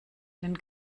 den